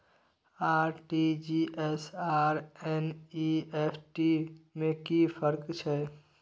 RTG S आर NEFT में कि फर्क छै?